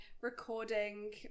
recording